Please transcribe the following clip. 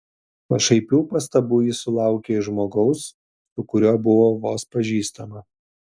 pašaipių pastabų ji sulaukė iš žmogaus su kuriuo buvo vos pažįstama